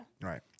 Right